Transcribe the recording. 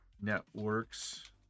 networks